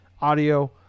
audio